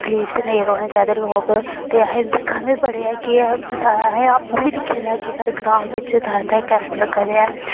तकलीफ च नेई रौह्ने चाइदे लोक ते अहें दिक्खा दे बी बड़े आं की अहें आपूं बी दिक्खे दा कि स्हाड़े ग्राएं बिच्च थाएं थाएं कैंप लग्गा दे ऐ